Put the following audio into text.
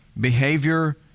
behavior